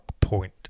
point